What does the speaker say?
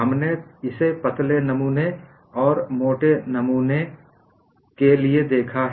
हमने इसे पतले नमूने और मोटे नमूने के लिए देखा है